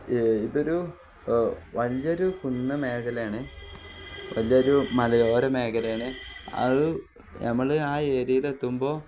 ഇതൊരു വലിയൊരു കുന്നുമേഖലയാണ് വലിയൊരു മലയോര മേഖലയാണ് അതു നമ്മള് ആ ഏരിയയില് എത്തുമ്പോള്